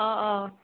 অ অ